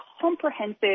comprehensive